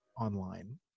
online